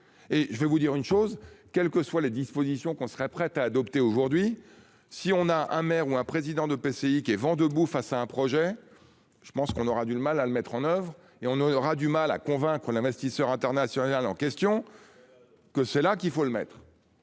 Et je vais vous dire une chose. Quelles que soient les dispositions qu'on serait prête à adopter aujourd'hui si on a un maire, ou un président de PCI qui est vent debout face à un projet. Je pense qu'on aura du mal à le mettre en oeuvre et on aura du mal à convaincre l'investisseur international en question. Que c'est là qu'il faut le mettre.